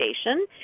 station